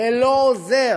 זה לא עוזר.